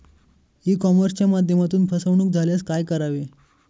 E कॉमर्सच्या माध्यमातून फसवणूक झाल्यास काय करावे?